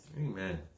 Amen